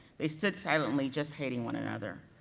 they stood silently, just hating one another.